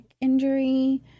injury